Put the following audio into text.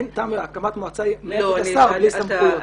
אין טעם בהקמת מועצה מייעצת לשר בלי סמכויות.